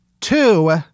Two